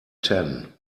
ten